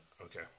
Okay